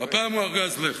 הפעם הוא ארגז לחם,